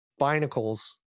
binacles